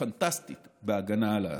פנטסטית בהגנה על האסדה.